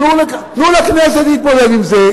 תנו לכנסת להתמודד עם זה.